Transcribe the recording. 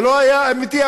זה לא היה אמיתי,